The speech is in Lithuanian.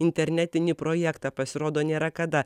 internetinį projektą pasirodo nėra kada